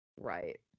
right